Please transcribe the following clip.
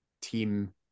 team